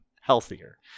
healthier